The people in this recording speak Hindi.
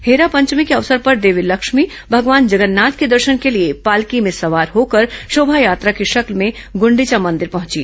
हेरा पंचमी के ॅ अवसर पर देवी लक्ष्मी भगवान जगन्नाथ के दर्शन के लिए पालकी में सवार होकर शोभायात्रा की शक्ल में गुंडिचा मंदिर पहुंची